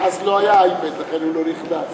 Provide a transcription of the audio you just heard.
אז לא היה אייפד, ולכן הוא לא נכנס.